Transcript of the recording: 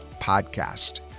podcast